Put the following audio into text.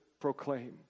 proclaim